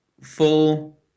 full